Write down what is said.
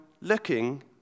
looking